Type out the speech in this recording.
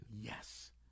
Yes